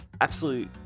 absolute